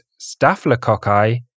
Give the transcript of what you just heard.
staphylococci